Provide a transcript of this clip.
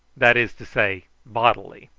that is to say bodily.